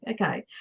Okay